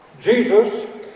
Jesus